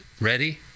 ready